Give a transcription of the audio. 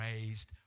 raised